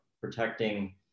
protecting